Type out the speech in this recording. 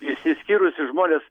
išsiskyrusius žmones